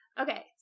okay